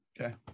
Okay